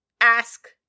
ask